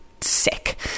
sick